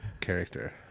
character